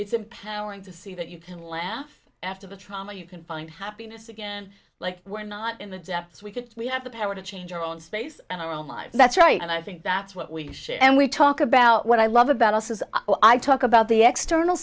it's empowering to see that you can laugh after the trauma you can find happiness again like we're not in the depths we could we have the power to change our own space and our own lives that's right and i think that's what we should and we talk about what i love about us is i talk about the ex